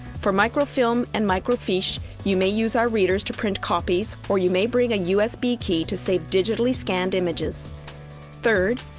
for microfilm and microfiche you may use our readers to print copies or you may bring a usb key to save digitally scanned images third,